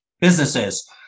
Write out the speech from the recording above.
businesses